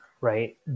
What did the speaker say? right